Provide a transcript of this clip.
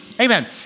Amen